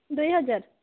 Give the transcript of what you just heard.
ଦୁଇ ହଜାର